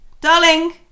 darling